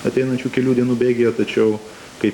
ateinančių kelių dienų bėgyje tačiau kaip